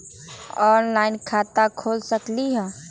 Online खाता खोल सकलीह?